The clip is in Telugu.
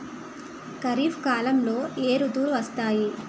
ఖరిఫ్ కాలంలో ఏ ఋతువులు వస్తాయి?